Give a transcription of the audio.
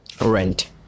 rent